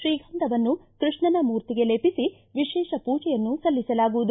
ಶ್ರೀಗಂಧವನ್ನು ಕೃಷ್ಣನ ಮೂರ್ತಿಗೆ ಲೇಪಿಸಿ ವಿಶೇಷ ಪೂಜೆಯನ್ನು ಸಲ್ಲಿಸಲಾಗುವುದು